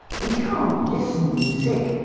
we can't listen music.